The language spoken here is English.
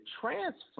transfer